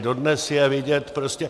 Dodnes je vidět prostě...